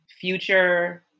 future